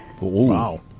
wow